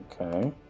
Okay